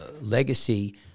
legacy